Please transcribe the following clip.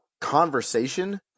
conversation